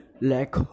lack